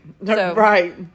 Right